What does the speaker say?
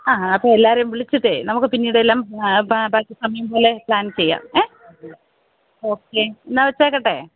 ആ അപ്പോള് എല്ലാവരെയും വിളിച്ചിട്ടേ നമുക്ക് പിന്നീടെല്ലാം ബാക്കി സമയം പോലെ പ്ലാൻ ചെയ്യാം ഏ ഓക്കെ എന്നാല് വെച്ചേക്കട്ടെ